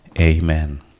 Amen